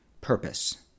purpose